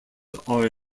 are